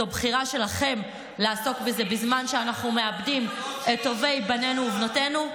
זו בחירה שלכם לעסוק בזה בזמן שאנחנו מאבדים את טובי בנינו ובנותינו.